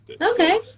Okay